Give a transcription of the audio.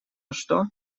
что